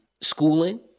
schooling